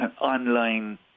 online